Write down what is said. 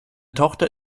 tochter